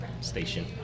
station